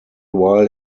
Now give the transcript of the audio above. while